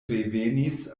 revenis